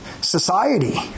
society